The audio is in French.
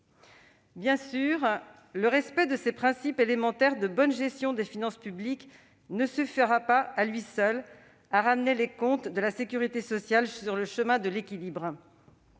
Bien sûr, le respect de ces principes élémentaires de bonne gestion des finances publiques ne suffira pas, à lui seul, à ramener les comptes de la sécurité sociale sur le chemin de l'équilibre.